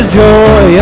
joy